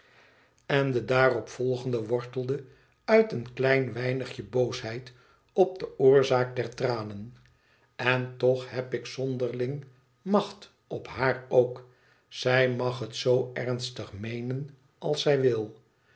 onze wkderzijbsche vriend volgende wortelde uit een klein weinigje boosheid op de oorzaak der tranen n toch heb ik zonderling macht op haar ook zij mag het zoo ernstig meenen als zij wil